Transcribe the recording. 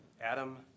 Adam